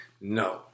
No